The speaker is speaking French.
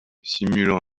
simulant